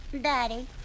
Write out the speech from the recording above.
Daddy